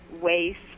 waste